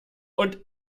und